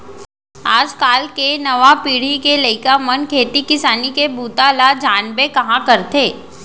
आज काल के नवा पीढ़ी के लइका मन खेती किसानी के बूता ल जानबे कहॉं करथे